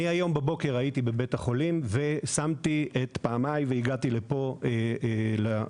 בבוקר הייתי בבית החולים ושמתי את פעמיי והגעתי לכאן לוועדה,